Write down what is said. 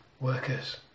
workers